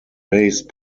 based